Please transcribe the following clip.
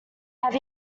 have